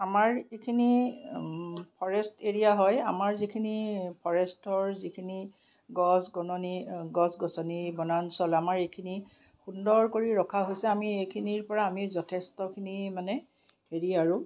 আমাৰ ইখিনি forest area হয় আমাৰ যিখিনি ফৰেষ্টৰ যিখিনি গছ বননি গছ গছনি বনাঞ্চল আমাৰ এইখিনি সুন্দৰ কৰি ৰখা হৈছে আমি এইখিনিৰপৰা আমি যথেষ্টখিনি মানে হেৰি আৰু